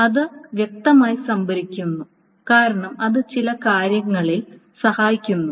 അത് വ്യക്തമായി സംഭരിക്കുന്നു കാരണം അത് ചില കാര്യങ്ങളിൽ സഹായിക്കുന്നു